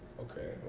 Okay